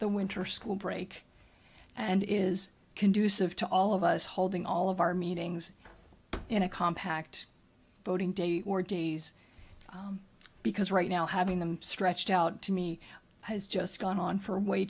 the winter school break and it is conducive to all of us holding all of our meetings in a compact voting day or days because right now having them stretched out to me has just gone on for way